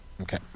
Okay